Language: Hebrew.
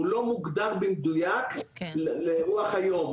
הוא לא מוגדר במדויק לאירוע היום,